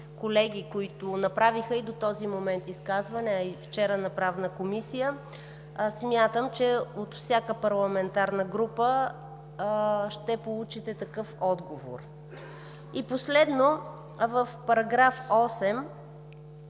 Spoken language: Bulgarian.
които направиха до този момент изказвания, а и вчера в Правната комисия, смятам, че от всяка парламентарна група ще получите такъв отговор. И последно, в § 8